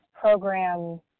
program